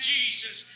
Jesus